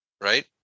Right